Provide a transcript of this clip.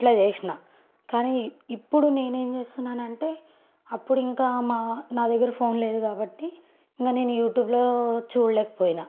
అట్లా చేసినా కానీ ఇప్పుడు నేనేం చేస్తున్నానంటే అప్పుడు ఇంక నా నా దగ్గర ఫోన్ లేదు కాబట్టి నేను యూట్యూబ్లో చూడలేకపోయినా